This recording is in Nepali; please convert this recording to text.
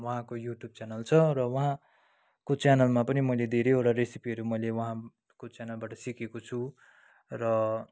उहाँको युट्युब च्यानल छ र उहाँको च्यानलमा पनि मैले धेरैवटा रेसिपीहरू मैले उहाँको च्यानलबाट सिकेको छु र